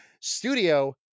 Studio